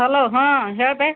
hello ಹಾಂ ಹೇಳಬ್ಬೇ